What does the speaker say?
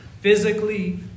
physically